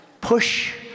push